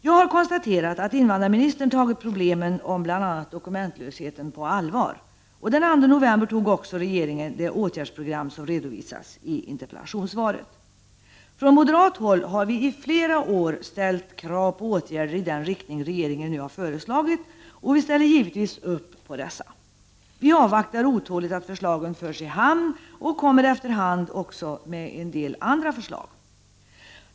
Jag har konstaterat att invandrarministern har tagit problemen med bl.a. dokumentlösheten på allvar. Den 2 november tog också regeringen det åtgärdsprogram som har redovisats i interpellationssvaret. Från moderat håll har vi i flera år ställt krav på åtgärder i den riktning som regeringen nu har föreslagit, och vi ställer givetvis upp på dessa. Vi avvaktar otåligt att förslagen förs i hamn, och vi kommer efter hand med en del andra förslag.